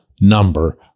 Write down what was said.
number